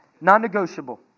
non-negotiable